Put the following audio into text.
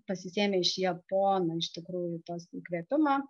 pasisėmę iš japonų iš tikrųjų to įkvėpimo